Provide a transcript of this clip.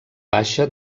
baixa